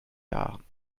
jahren